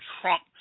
Trump